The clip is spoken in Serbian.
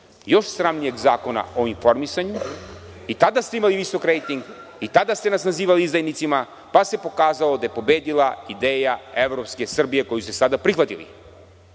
još sramnijeg zakona o informisanju. I tada ste imali visok rejting i tada ste nas nazivali izdajnicima, pa se pokazalo da je pobedila ideja evropske Srbije, koju ste sada prihvatili.